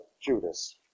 Judas